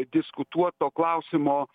diskutuoto klausimo